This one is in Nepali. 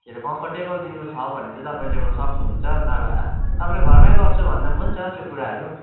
के अरे कम्फर्टेबल दिनु छ भने चाहिँ तपाईँले ल्याउन सक्नुहुन्छ नभए तपाईँले घरमै गर्छु भन्दा पनि हुन्छ त्यो कुराहरू